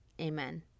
Amen